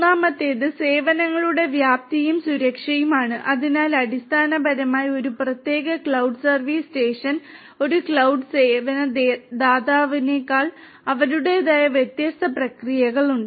മൂന്നാമത്തേത് സേവനങ്ങളുടെ വ്യാപ്തിയും സുരക്ഷയുമാണ് അതിനാൽ അടിസ്ഥാനപരമായി ഒരു പ്രത്യേക ക്ലൌഡ് സർവീസ് സ്റ്റേഷൻ ഒരു ക്ലൌഡ് സേവന ദാതാവായതിനാൽ അവരുടേതായ വ്യത്യസ്ത പ്രക്രിയകളുണ്ട്